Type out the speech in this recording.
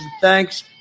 thanks